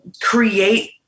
create